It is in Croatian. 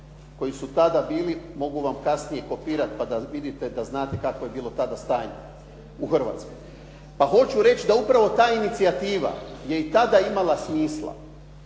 koji su tada bili, mogu vam kasnije kopirati pa da vidite, da znate kakvo je tada bilo stanje u Hrvatskoj. Pa hoću reći da upravo ta inicijativa je i tada imala smisla.